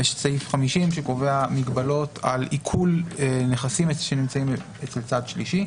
ויש את סעיף 50 שקובע מגבלות על עיקול נכסים שנמצאים אצל צד שלישי,